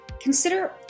consider